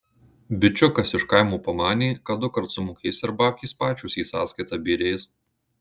bičiukas iš kaimo pamanė kad dukart sumokės ir babkės pačios į sąskaitą byrės